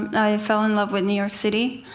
i fell in love with new york city.